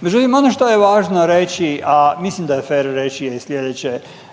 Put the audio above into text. Međutim ono što je važno reći, a mislim da je fer reći je slijedeće.